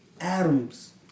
atoms